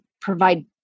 provide